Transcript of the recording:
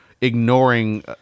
ignoring